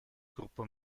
gruppo